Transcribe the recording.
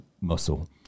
muscle